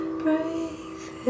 breathe